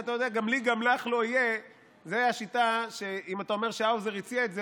"גם לי גם לך לא יהיה" זו השיטה שאם אתה אומר שהאוזר הציע את זה,